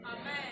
Amen